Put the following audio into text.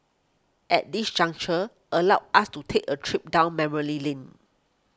at this juncture allow us to take a trip down memory lane